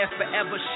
forever